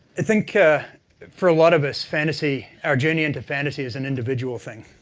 i think for a lot of us, fantasy, our journey into fantasy, is an individual thing.